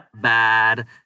bad